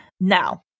Now